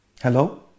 hello